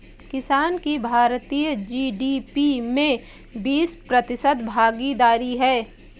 किसान की भारतीय जी.डी.पी में बीस प्रतिशत भागीदारी है